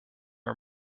are